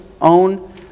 own